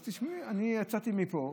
אז תשמעי, אני יצאתי מפה,